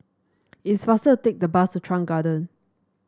it is faster take the bus to Chuan Garden